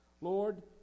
Lord